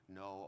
no